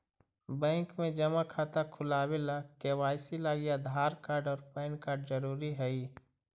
bank में जमा खाता खुलावे ला के.वाइ.सी लागी आधार कार्ड और पैन कार्ड ज़रूरी हई